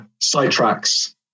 Sidetracks